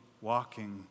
walking